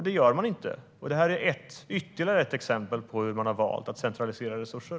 Det gör man inte. Det här är ytterligare ett exempel på hur man har valt att centralisera resurser.